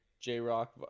J-Rock